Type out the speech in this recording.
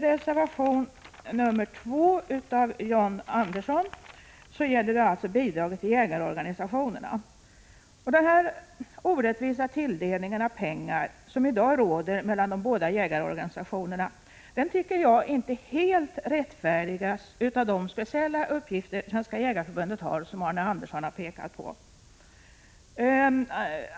Reservation 2 av John Andersson gäller bidrag till jägarorganisationerna. Den orättvisa tilldelningen av pengar mellan de båda jägarorganisationerna rättfärdigas inte helt av de speciella uppgifter som Svenska jägareförbundet har, som Arne Andersson har pekat på.